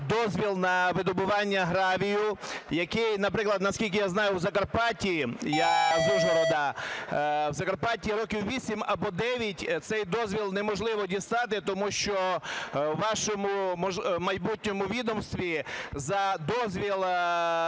дозвіл на видобування гравію, який, наприклад, наскільки я знаю, у Закарпатті, я з Ужгорода, у Закарпатті років 8 або 9 цей дозвіл неможливо дістати, тому що у вашому майбутньому відомстві за дозвіл